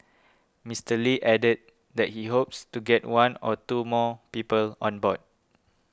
Mister Lee added that he hopes to get one or two more people on board